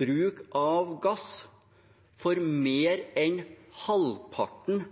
bruk av gass for mer enn halvparten